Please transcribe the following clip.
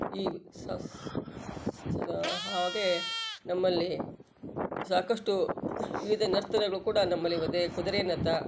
ಈಗ ಸಾಸ್ ಸದಾ ಅವಾಗೇ ನಮ್ಮಲ್ಲಿ ಸಾಕಷ್ಟೂ ವಿವಿಧ ನರ್ತನಗಳು ಕೂಡ ನಮ್ಮಲ್ಲಿ ಇದೆ ಕುದುರೆ ನತ